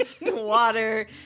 water